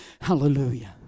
hallelujah